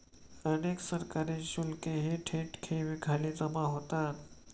अनेक सरकारी शुल्कही थेट ठेवींखाली जमा होतात